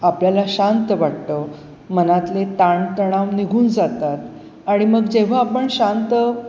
आपल्याला शांत वाटतं मनातले ताणतणाव निघून जातात आणि मग जेव्हा आपण शांत